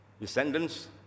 Descendants